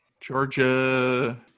Georgia